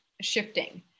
shifting